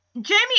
Jamie